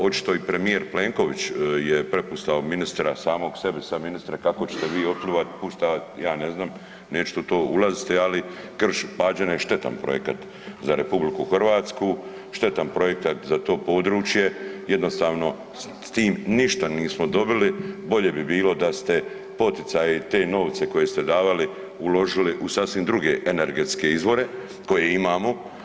Očito i premijer Plenković je prepustao ministra samog sebi, sad ministre kako ćete vi otplivat … [[Govornik se ne razumije]] ja ne znam, neću u to ulaziti, ali Krš-Pađene je štetan projekat za RH, štetan projekat za to područje, jednostavno s tim ništa nismo dobili, bolje bi bilo da ste poticaje i te novce koje ste davali uložili u sasvim druge energetske izvore koje imamo.